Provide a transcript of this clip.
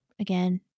again